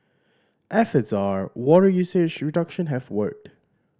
efforts are water usage reduction have worked